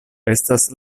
estas